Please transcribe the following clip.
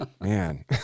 Man